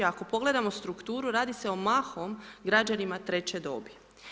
Ako pogledamo strukturu radi se o mahom građanima treće dobi.